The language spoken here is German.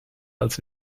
als